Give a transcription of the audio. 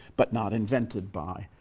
but not invented by,